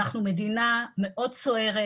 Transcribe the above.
אנחנו מדינה מאוד סוערת,